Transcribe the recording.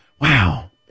Wow